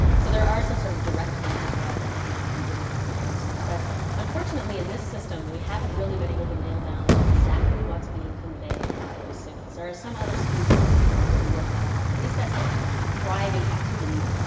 so there are some sort of direct things as well that but might not be genitally transmitted. but unfortunately in this system we haven't really been able to nail down exactly what's being conveyed by those signals. there are some other species where people can really work that out, but these guys don't thrive in captivity,